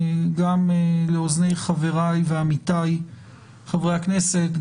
גם באוזני חבריי ועמיתיי חברי הכנסת,